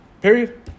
Period